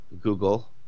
Google